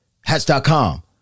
Hats.com